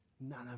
None